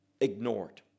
ignored